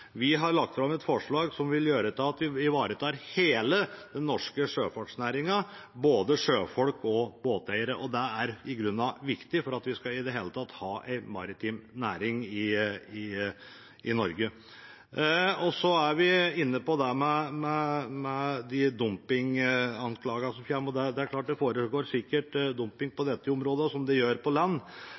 Vi har lagt fram et forslag som vil føre til at vi ivaretar hele den norske sjøfartsnæringen, både sjøfolk og båteiere, og det er i grunnen viktig for at vi i det hele tatt skal ha en maritim næring i Norge. Så er vi inne på de anklagene om sosial dumping som kommer. Det er klart at det sikkert foregår sosial dumping på dette området, som det gjør på land,